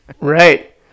right